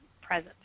present